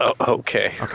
Okay